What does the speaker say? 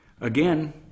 Again